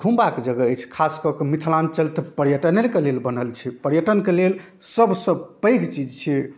तऽ घुमबाके जगह अछि खासकऽ कऽ मिथिलाञ्चल तऽ पर्यटनेके लेल बनल छै पर्यटनके लेल सबसँ पैघ चीज छिए